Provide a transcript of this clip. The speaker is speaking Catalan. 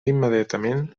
immediatament